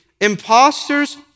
imposters